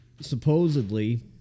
supposedly